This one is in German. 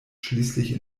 schließlich